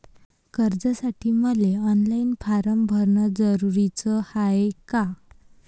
कर्जासाठी मले online form भरन जरुरीच हाय का?